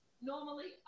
Normally